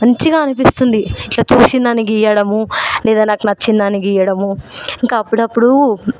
మంచిగా అనిపిస్తుంది ఇట్లా తోచిన దాన్ని గీయడము లేదా నాకు నచ్చిన దాన్ని గీయడము ఇంకా అప్పుడప్పుడు